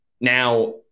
Now